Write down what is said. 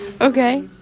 Okay